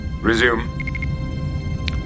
Resume